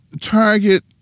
target